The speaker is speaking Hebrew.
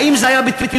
האם זה היה בטלטולים,